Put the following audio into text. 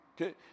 Okay